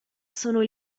sono